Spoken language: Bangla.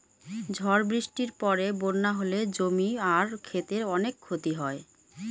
ঝড় বৃষ্টির পরে বন্যা হলে জমি আর ক্ষেতের অনেক ক্ষতি হয়